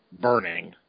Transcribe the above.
burning